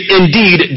indeed